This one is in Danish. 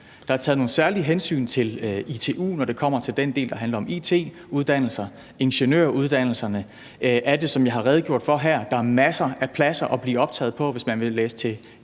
Der er taget nogle særlige hensyn til ITU, når det kommer til den del, der handler om it-uddannelser, og med ingeniøruddannelserne er det, som jeg her har redegjort for. Der er masser af pladser at blive optaget på, hvis man vil læse til